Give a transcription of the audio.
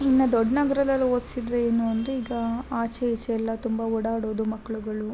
ಇನ್ನ ದೊಡ್ಡ ನಗ್ರದಲ್ ಓದ್ಸಿದರೆ ಏನು ಅಂದರೆ ಈಗ ಆಚೆ ಈಚೆ ಎಲ್ಲ ತುಂಬ ಓಡಾಡೊದು ಮಕ್ಕಳುಗಳು